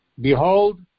behold